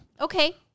Okay